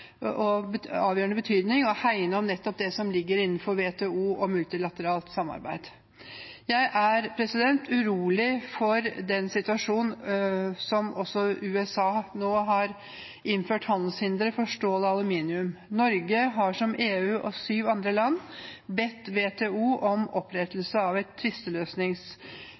avgjørende betydning å hegne om det som ligger innenfor WTO og multilateralt samarbeid. Jeg er urolig for situasjonen der USA nå har innført handelshindre for stål og aluminium. Norge har, som EU og syv andre land, bedt WTO om opprettelse av et tvisteløsningspanel